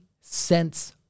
cents